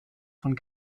von